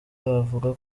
avuga